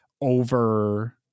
over